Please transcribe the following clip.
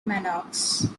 maddox